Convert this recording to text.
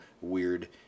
weird